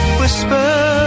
whisper